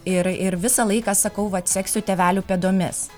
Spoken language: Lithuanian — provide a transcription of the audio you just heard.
ir ir visą laiką sakau vat seksiu tėvelių pėdomis